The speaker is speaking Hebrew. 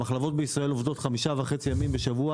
המחלבות בישראל עובדות 5.5 ימים בשבוע